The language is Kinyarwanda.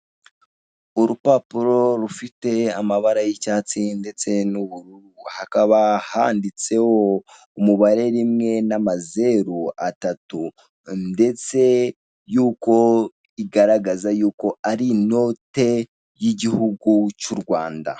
Urupapuro rufite amabara y'icyatsi ndetse n'ubururu hakaba handitseho umubare rimwe n'amazeru atatu, ndetse yuko igaragaza yuko ari inote, y'igihugu cy'u Rwanda.